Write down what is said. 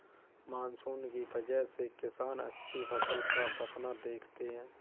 monsoon की वजह से किसान अच्छी फसल का सपना देखते हैं